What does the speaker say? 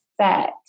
set